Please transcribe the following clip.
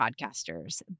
podcasters